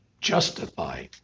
justify